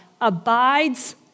abides